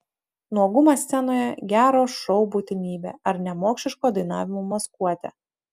nuogumas scenoje gero šou būtinybė ar nemokšiško dainavimo maskuotė